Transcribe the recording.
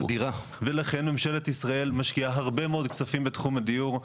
ולכן ממשלת ישראל משקיעה הרבה מאוד כספים בתחום הדיור.